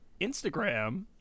Instagram